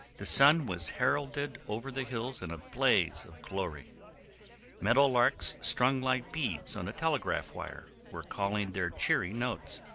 the sun was heralded over the hills in a blaze of glory meadow larks strung like beads on a telegraph wire were calling their cheery notes,